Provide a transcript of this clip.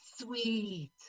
sweet